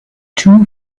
two